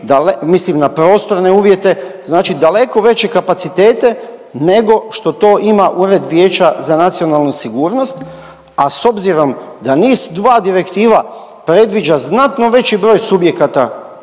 mislim na prostorne uvjete. Znači daleko veće kapacitete nego što to ima Ured vijeća za nacionalnu sigurnost, a s obzirom da NIS2 direktiva predviđa znatno veći broj subjekata